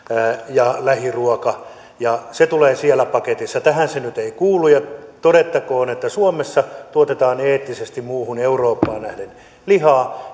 ja lähiruoka ja se tulee siellä paketissa tähän se nyt ei kuulu ja todettakoon että suomessa tuotetaan lihaa eettisesti muuhun eurooppaan nähden